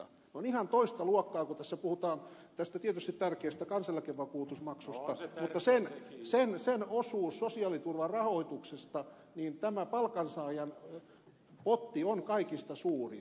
ne ovat ihan toista luokkaa kun tietysti tärkeä kansaneläkevakuutusmaksu josta tässä puhutaan mutta jonka osuus sosiaaliturvarahoituksesta on pienempi tämä palkansaajan potti on kaikista suurin